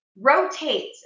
rotates